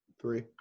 Three